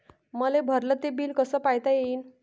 मले भरल ते बिल कस पायता येईन?